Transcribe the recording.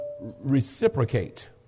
reciprocate